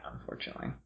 unfortunately